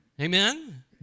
Amen